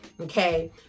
Okay